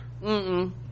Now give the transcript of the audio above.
Mm-mm